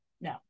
no